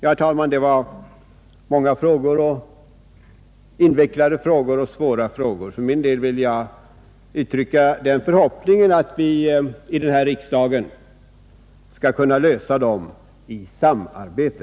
Ja, herr talman, det var många svåra och invecklade frågor. För min del vill jag uttrycka den förhoppningen att vi i denna riksdag skall kunna lösa dem i samarbete.